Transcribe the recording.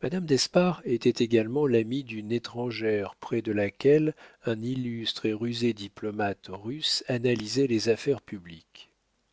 madame d'espard était également l'amie d'une étrangère près de laquelle un illustre et rusé diplomate russe analysait les affaires publiques